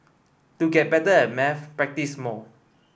to get better at maths practise more